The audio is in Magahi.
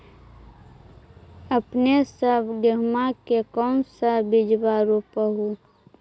अपने सब गेहुमा के कौन सा बिजबा रोप हू?